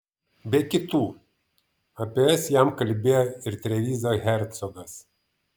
be kitų apie jas jam kalbėjo ir trevizo hercogas